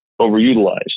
overutilized